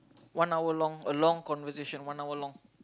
one hour long a long conversation one hour long